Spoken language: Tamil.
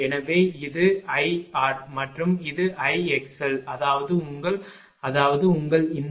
எனவே இது Ir மற்றும் இது Ixl அதாவது உங்கள் அதாவது உங்கள் இந்த பகுதி Ixl Ixc